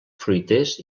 fruiters